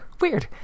weird